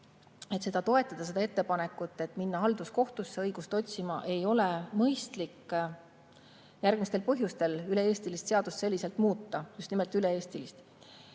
et toetada seda ettepanekut minna halduskohtusse õigust otsima ei ole mõistlik järgmisel põhjusel. Üle-eestiliselt seaduse selliselt muutmine, just nimelt üle-eestilise